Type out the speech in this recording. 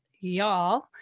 y'all